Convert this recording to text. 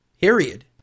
period